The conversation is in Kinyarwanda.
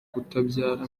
kutabyara